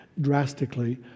drastically